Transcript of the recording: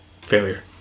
failure